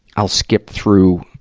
i'll skip through,